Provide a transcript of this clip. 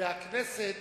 והכנסת